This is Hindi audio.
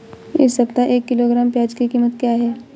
इस सप्ताह एक किलोग्राम प्याज की कीमत क्या है?